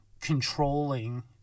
controlling